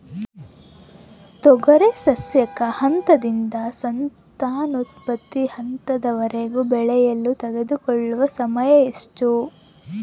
ತೊಗರಿ ಸಸ್ಯಕ ಹಂತದಿಂದ ಸಂತಾನೋತ್ಪತ್ತಿ ಹಂತದವರೆಗೆ ಬೆಳೆಯಲು ತೆಗೆದುಕೊಳ್ಳುವ ಸಮಯ ಎಷ್ಟು?